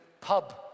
pub